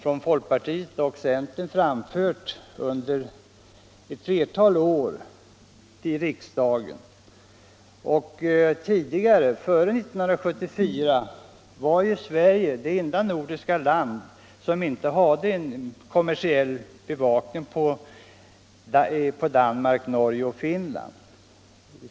Den kommersiella bevakningen på den nordiska marknaden är utomordentligt angelägen. Tidigare, före 1974, var Sverige det enda nordiska land som inte hade en kommersiell bevakning i Danmark, Norge och Finland.